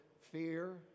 fear